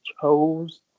chose